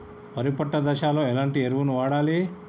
వరి పొట్ట దశలో ఎలాంటి ఎరువును వాడాలి?